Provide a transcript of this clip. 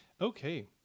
Okay